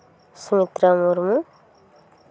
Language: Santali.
ᱥᱩᱢᱤᱛᱨᱟ ᱢᱩᱨᱢᱩ